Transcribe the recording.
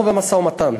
אנחנו במשא-ומתן,